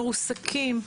מרוסקים.